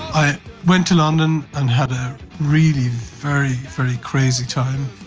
i went to london and had a really very, very crazy time.